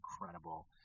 incredible